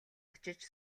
очиж